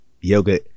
Yoga